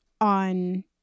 on